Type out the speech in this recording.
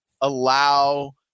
allow